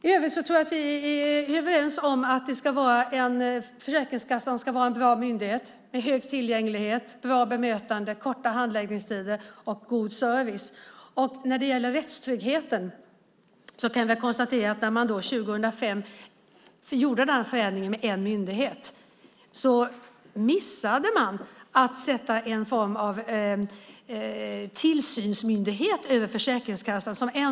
I övrigt tror jag att vi är överens om att Försäkringskassan ska vara en bra myndighet med hög tillgänglighet, bra bemötande, korta handläggningstider och god service. När det gäller rättstryggheten kan vi väl konstatera att man, när man 2005 gjorde den här förändringen med en myndighet, missade att sätta en form av tillsynsmyndighet över Försäkringskassan.